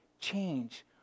change